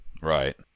Right